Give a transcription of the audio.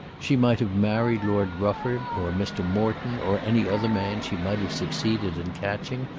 she might have married lord rufford, or mr. morton, or any other man she might have succeeded in catching,